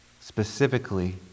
specifically